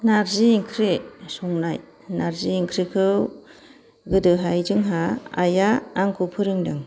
नार्जि ओंख्रि संनाय नार्जि ओंख्रिखौ गोदोहाय जोंहा आइया आंखौ फोरोंदों